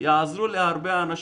יעזרו להרבה אנשים,